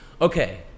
okay